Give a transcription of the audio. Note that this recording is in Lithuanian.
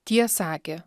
tie sakė